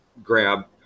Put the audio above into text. grab